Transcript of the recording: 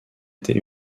était